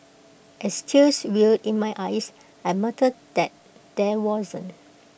as tears welled in my eyes I muttered that there wasn't